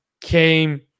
came